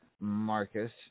Marcus